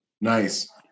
Nice